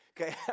Okay